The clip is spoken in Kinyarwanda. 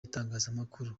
itangazamakuru